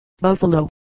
Buffalo